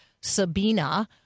Sabina